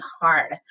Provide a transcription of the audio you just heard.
hard